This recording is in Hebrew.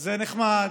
זה נחמד,